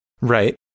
Right